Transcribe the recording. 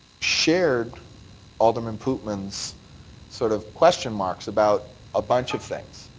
shared alderman pootmans' sort of question marks about a bunch of things.